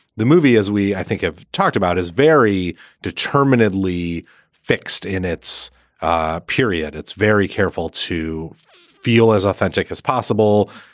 the movie, as we i think i've talked about, is very determinedly fixed in its ah period. it's very careful to feel as authentic as possible.